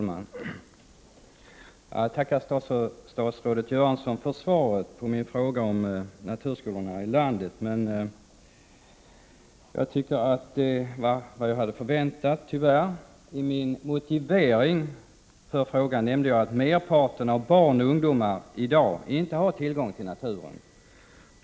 Herr talman! Jag tackar statsrådet Göransson för svaret på min fråga om naturskolorna i landet. Tyvärr var svaret ungefär det jag hade förväntat. I min motivering till frågan nämnde jag att merparten av barn och ungdomar i dag inte har tillgång till naturen.